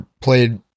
played